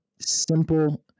simple